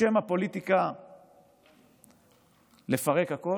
בשם הפוליטיקה לפרק הכול?